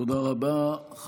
תודה רבה.